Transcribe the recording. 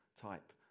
type